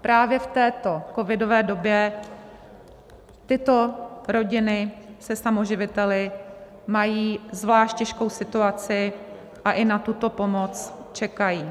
Právě v této covidové době tyto rodiny se samoživiteli mají zvlášť těžkou situaci a i na tuto pomoc čekají.